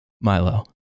milo